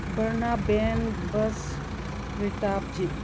Verna van bus Creta jeep